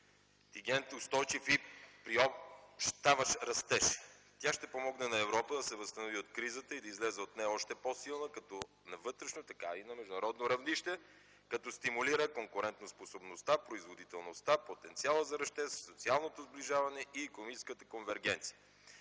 устойчив и приобщаващ растеж. Тя ще помогне на Европа да се възстанови от кризата и да излезе от нея още по-силна както на вътрешно, така и на международно равнище, като стимулира конкурентоспособността, производителността, потенциала за растеж, социалното сближаване и икономическата конвергенция.